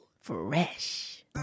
Fresh